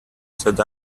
said